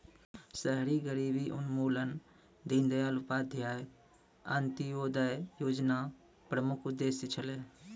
शहरी गरीबी उन्मूलन दीनदयाल उपाध्याय अन्त्योदय योजना र प्रमुख उद्देश्य छलै